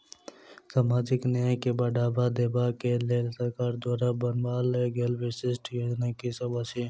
सामाजिक न्याय केँ बढ़ाबा देबा केँ लेल सरकार द्वारा बनावल गेल विशिष्ट योजना की सब अछि?